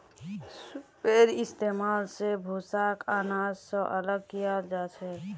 सूपेर इस्तेमाल स भूसाक आनाज स अलग कियाल जाछेक